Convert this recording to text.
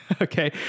okay